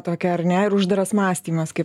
tokia ar ne ir uždaras mąstymas kaip